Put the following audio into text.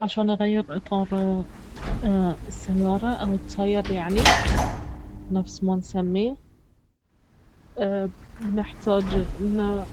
عشان اغير اطار السيارة او التاير يعني نفس ما نسميه نحتاج انه